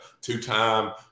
two-time